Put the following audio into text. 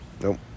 Nope